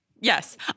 Yes